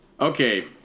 Okay